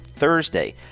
Thursday